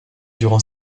durant